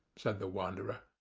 said the wanderer.